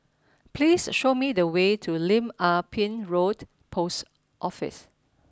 please show me the way to Lim Ah Pin Road Post Office